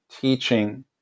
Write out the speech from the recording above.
teaching